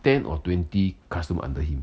ten or twenty customer under him